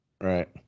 Right